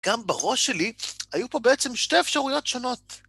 גם בראש שלי היו פה בעצם שתי אפשרויות שונות.